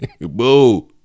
Boo